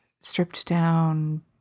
stripped-down